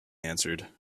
answered